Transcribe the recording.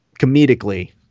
comedically